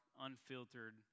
unfiltered